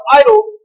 idols